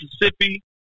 Mississippi